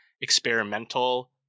experimental